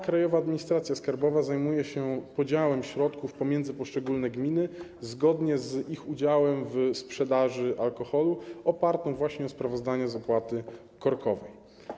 Krajowa Administracja Skarbowa zajmuje się podziałem środków pomiędzy poszczególne gminy zgodnie z ich udziałem w sprzedaży alkoholu, opartym na sprawozdaniu z tzw. opłaty korkowej.